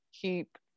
keep